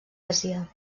àsia